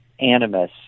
animus